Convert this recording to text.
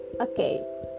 Okay